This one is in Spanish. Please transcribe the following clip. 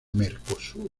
mercosur